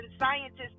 scientists